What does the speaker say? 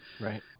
right